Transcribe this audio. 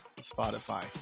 Spotify